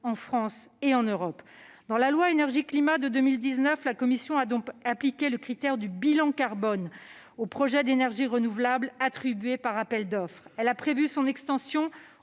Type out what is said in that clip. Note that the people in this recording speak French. en France et en Europe. Dans la loi Énergie-climat de 2019, la commission a donc appliqué le critère du bilan carbone aux projets d'énergies renouvelables attribués par appels d'offres. Elle a prévu son extension